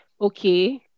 okay